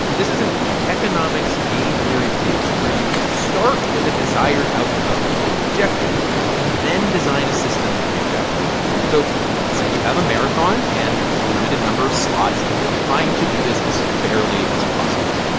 this is an economics, game theory field where you start with a desired outcome or objective and then design a system to make that work. so let's say you have a marathon and a limited number of slots, and you're trying to do this as fairly as possible.